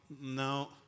no